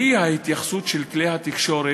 והיא ההתייחסות של כלי התקשורת,